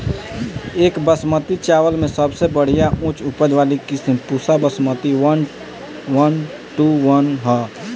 एक बासमती चावल में सबसे बढ़िया उच्च उपज वाली किस्म Pusa Basmati one one two one ह?